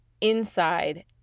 inside